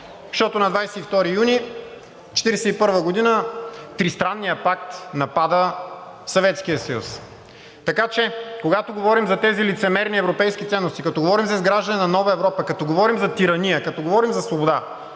защото на 22 юни 1941 г. Тристранният пакт напада Съветския съюз. Така че когато говорим за тези лицемерни европейски ценности, като говорим за изграждане на нова Европа, като говорим за тирания, като говорим за свобода,